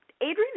Adrian